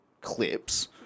clips